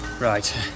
Right